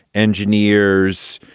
engineers,